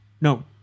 No